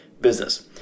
business